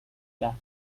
لحظه